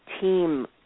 team